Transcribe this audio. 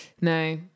no